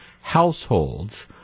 households